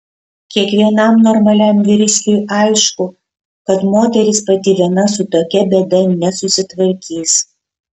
kiekvienam normaliam vyriškiui aišku kad moteris pati viena su tokia bėda nesusitvarkys